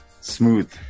Smooth